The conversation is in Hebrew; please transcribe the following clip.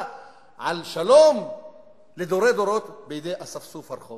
על שלום לדורי דורות בידי אספסוף הרחוב.